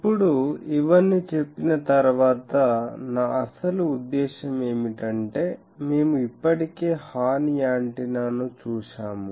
ఇప్పుడు ఇవన్నీ చెప్పిన తరువాత నా అసలు ఉద్దేశ్యం ఏమిటంటే మేము ఇప్పటికే హార్న్ యాంటెన్నాను చూశాము